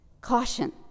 Caution